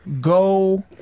go